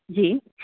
जी